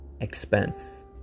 expense